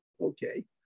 okay